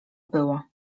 było